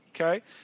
okay